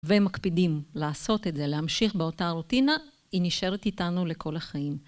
ומקפידים לעשות את זה, להמשיך באותה רוטינה, היא נשארת איתנו לכל החיים.